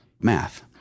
math